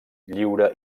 lliure